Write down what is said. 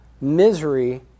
Misery